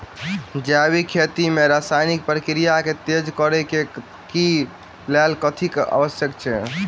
जैविक खेती मे रासायनिक प्रक्रिया केँ तेज करै केँ कऽ लेल कथी आवश्यक छै?